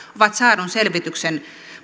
ovat saadun selvityksen